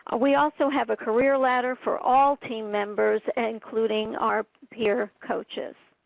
ah we also have a career ladder for all team members, and including our peer coaches.